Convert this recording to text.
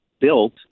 built